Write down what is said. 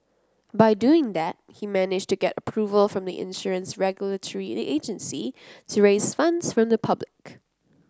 by doing that he managed to get approval from the insurance regulatory agency to raise funds from the public